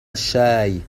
الشاي